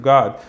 God